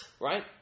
right